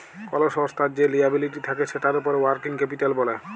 call সংস্থার যে liability থাক্যে সেটার উপর ওয়ার্কিং ক্যাপিটাল ব্যলে